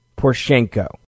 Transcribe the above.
Poroshenko